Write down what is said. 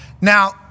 Now